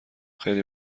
خیلی